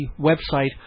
website